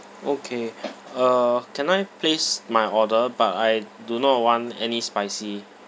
okay uh can I place my order but I do not want any spicy